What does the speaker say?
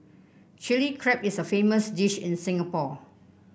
Chilli Crab is a famous dish in Singapore